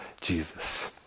Jesus